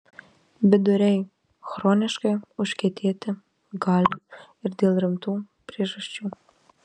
viduriai chroniškai užkietėti gali ir dėl rimtų priežasčių